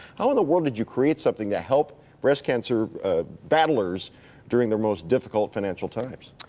how in the world did you create something to help breast cancer battlers during their most difficult financial times?